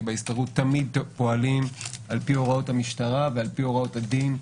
בהסתדרות תמיד פועלים על פי הוראות המשטרה והוראות הדין.